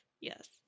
Yes